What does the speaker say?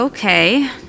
Okay